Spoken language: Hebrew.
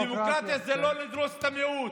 תאמין לי, דמוקרטיה זה לא לדרוס את המיעוט.